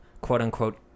quote-unquote